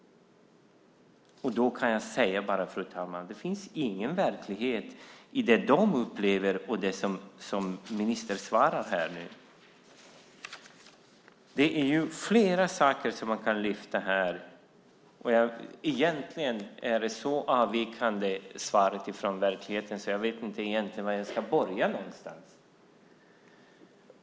Jag kan säga, fru talman, att den verklighet som de upplever är en helt annan än den i ministerns svar. Man kan lyfta fram flera saker. Svaret avviker så från verkligheten att jag inte vet var jag ska börja.